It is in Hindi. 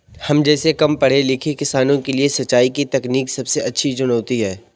हम जैसै कम पढ़े लिखे किसानों के लिए सिंचाई की तकनीकी सबसे बड़ी चुनौती है